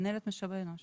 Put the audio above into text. מנהלת משאבי אנוש.